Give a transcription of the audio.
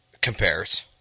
compares